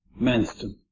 Manston